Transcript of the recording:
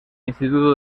instituto